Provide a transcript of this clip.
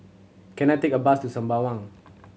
can I take a bus to Sembawang